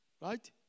Right